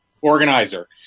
organizer